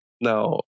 Now